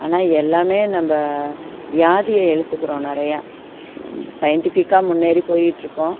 ஆனால் எல்லாமே நம்ம வியாதியை இழுத்துக்குறோம் நிறையா சயின்டிஃபிக்காக முன்னேறி போய்கிட்டு இருக்கோம்